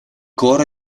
coro